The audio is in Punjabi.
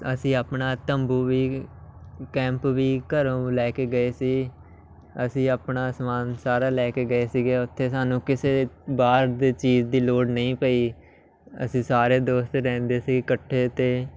ਅਸੀਂ ਆਪਣਾ ਤੰਬੂ ਵੀ ਕੈਂਪ ਵੀ ਘਰੋਂ ਲੈ ਕੇ ਗਏ ਸੀ ਅਸੀਂ ਆਪਣਾ ਸਮਾਨ ਸਾਰਾ ਲੈ ਕੇ ਗਏ ਸੀਗੇ ਉੱਥੇ ਸਾਨੂੰ ਕਿਸੇ ਬਾਹਰ ਦੇ ਚੀਜ਼ ਦੀ ਲੋੜ ਨਹੀਂ ਪਈ ਅਸੀਂ ਸਾਰੇ ਦੋਸਤ ਰਹਿੰਦੇ ਸੀ ਇਕੱਠੇ ਅਤੇ